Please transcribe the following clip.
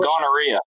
gonorrhea